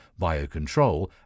biocontrol